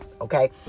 okay